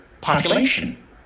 population